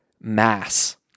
mass